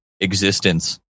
existence